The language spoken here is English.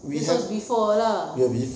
this was before lah